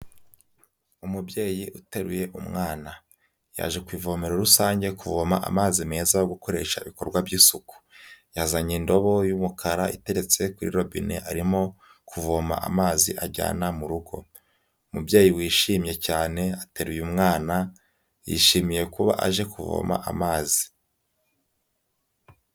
Umubyeyi uteruye umwana, yaje ku ivomero rusange kuvoma amazi meza gukoresha ibikorwa by'isuku, yazanye indobo y'umukara iteretse kuri robine arimo kuvoma amazi ajyana mu rugo, umubyeyi wishimye cyane ateruye mwana, yishimiye kuba aje kuvoma amazi.